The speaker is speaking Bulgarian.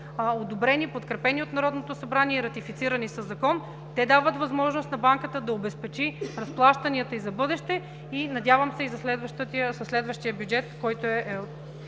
одобрени, подкрепени от Народното събрание и ратифицирани със закон. Те дават възможност на банката да обезпечи разплащанията и за в бъдеще и, надявам се, и за следващия бюджет, който да